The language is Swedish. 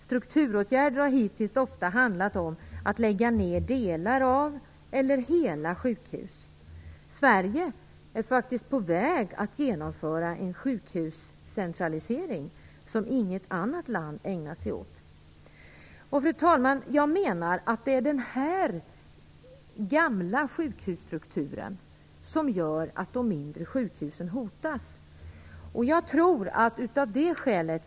Strukturåtgärder har hittills ofta handlat om att lägga ned delar av eller hela sjukhus. Sverige är faktiskt på väg att genomföra en sjukhuscentralisering som inget annat land ägnat sig åt. Fru talman! Jag menar att det är den gamla sjukhusstrukturen som gör att de mindre sjukhusen hotas.